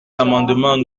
l’amendement